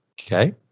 okay